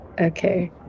Okay